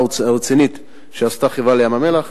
הרצינית שעשתה החברה להגנות ים-המלח.